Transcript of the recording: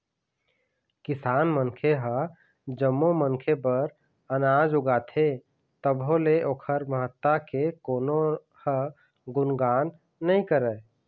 किसान मनखे ह जम्मो मनखे बर अनाज उगाथे तभो ले ओखर महत्ता के कोनो ह गुनगान नइ करय